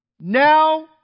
now